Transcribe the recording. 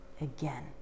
again